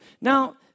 now